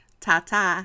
ta-ta